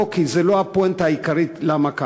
כי זו לא הפואנטה העיקרית למה קמתי.